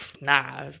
nah